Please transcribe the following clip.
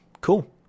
cool